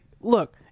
look